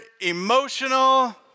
Emotional